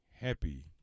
happy